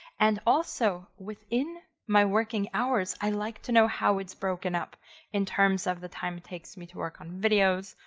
and also within my working hours, i like to know how it's broken up in terms of the time it takes me to work on videos,